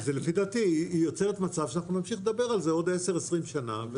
אז לדעתי היא יוצרת מצב שאנחנו נמשיך לדבר על זה עוד 10,20 שנה,